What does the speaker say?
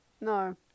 No